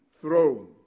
throne